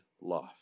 life